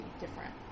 different